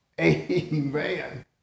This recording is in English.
Amen